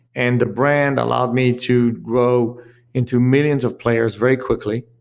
and the brand allowed me to grow into millions of players very quickly,